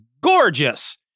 gorgeous